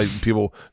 People